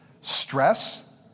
stress